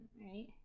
Right